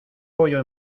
pollo